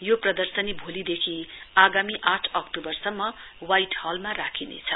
यो प्रदर्शनी भोलिदेखि आगामी आठ अक्तूबरसम्म हवाइट हलमा राखिनेछ